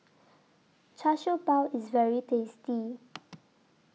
Char Siew Bao IS very tasty